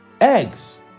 eggs